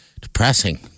depressing